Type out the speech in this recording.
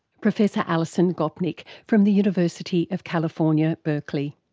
professor alison gopnik from the university of california, berkeley.